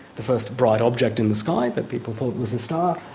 the first bright object in the sky that people thought was a star,